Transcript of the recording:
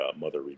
mother